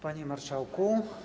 Panie Marszałku!